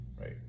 right